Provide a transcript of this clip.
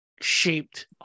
shaped